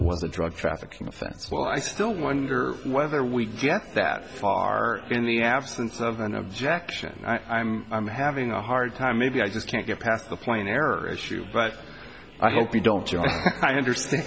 it was a drug trafficking offense well i still wonder whether we get that far in the absence of an objection i'm i'm having a hard time maybe i just can't get past the plain error issue but i hope you don't just understand